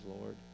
Lord